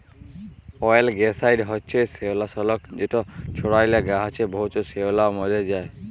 অয়েলগ্যাসাইড হছে শেওলালাসক যেট ছড়াইলে গাহাচে বহুত শেওলা মইরে যায়